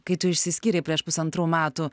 kai tu išsiskyrei prieš pusantrų metų